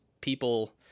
people